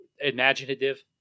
imaginative